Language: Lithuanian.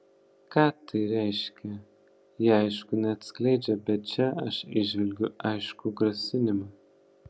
ką tai reiškia jie aišku neatskleidžia bet čia aš įžvelgiu aiškų grasinimą